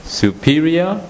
superior